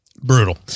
Brutal